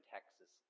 Texas